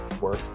work